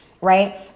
right